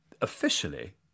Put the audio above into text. officially